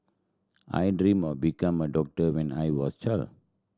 I dreamt of becoming a doctor when I was a child